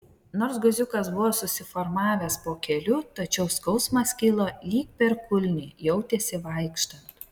nors guziukas buvo susiformavęs po keliu tačiau skausmas kilo lyg per kulnį jautėsi vaikštant